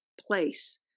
place